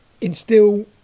instill